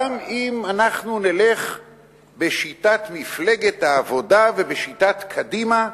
גם אם אנחנו נלך בשיטת מפלגת העבודה ובשיטת קדימה,